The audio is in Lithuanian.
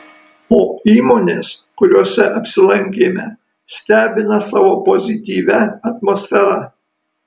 o įmonės kuriose apsilankėme stebina savo pozityvia atmosfera